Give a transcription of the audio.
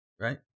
right